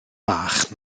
fach